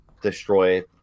destroy